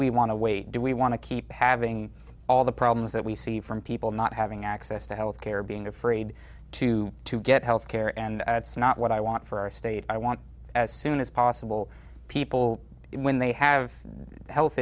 we want to wait do we want to keep having all the problems that we see from people not having access to health care being afraid to to get health care and that's not what i want for our state i want as soon as possible people when they have health